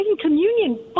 communion